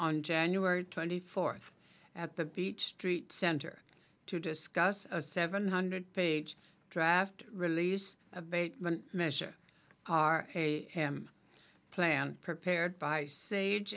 on january twenty fourth at the peach street center to discuss a seven hundred page draft release abatement measure are a hymn planned prepared by sage